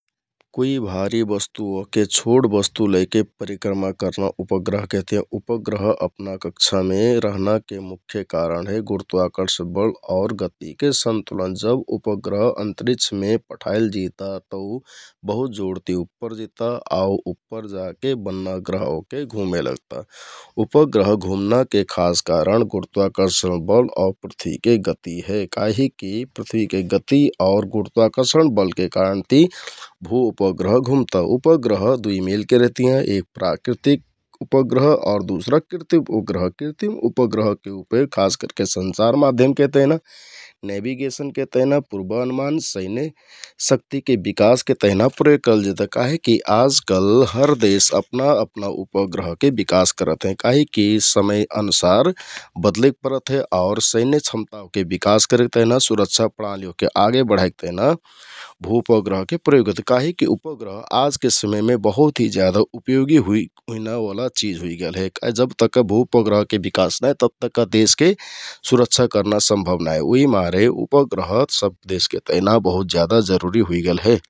कुइ भारी बस्तु ओहके छोट बस्तु लैके परिक्रमा करना उपग्रह कहतियाँ । उपग्रह अपना कक्षामे रहनाके मुख्य कारण हे गुरुत्वाकर्षण बल आउ गतिके सन्तुलन जब उपग्रह अन्तरिक्षमे पठाइल जिता तौ बहुत जोडति उप्पर जिता । आउ उप्पर जाके बन्ना ग्रह ओहके घुमे लगता, उपग्रह घुमनाके खास करण गुरुत्वार्षण बल आउ पृथ्वीके गति हे । काहिककि पृथ्वीके गति आउर गुरुत्वाकर्षण बलके कारणति भु उपग्रह घुम्ता, उपग्रह दुइमेलके रहतियाँ एक प्राकृतिक उपग्रह आउ दुसरा कृतिम उपग्रह । कृतिम उपग्रहके प्रयोग खास करके संचारमाध्यमके तेहना नेबिगेसनके तेहना, पुर्ब अनुमान, शैन्य शक्तिके बिकासके तेहना प्रयोग करलजिता । काहिकिकि यि आजकाल हरदेश अपना अपना उपग्रहके बिकास करत हें काहिककि समय अनुसार बदलेक परत हे । आउर शैन्य क्षमता ओहके बिकास करेक तेहना, सुरक्षा प्रणाली ओहके आगे बढाइक तेहना भु उपग्रहके प्रयोग होइत हे काहिककि उपग्रह आजके समयमे बहुत हि ज्यादा उपयोगी हुइनाओला चिझ हुइगेल हे । जबतक्का भु उपग्रह बिकास नाइ तब तक्का देशके बिकास करना सम्भव नाइ हे उहिमारे उपग्रह देशके तेहना बहुत ज्यादा जरुरी हुइगेल हे ।